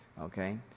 Okay